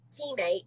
teammate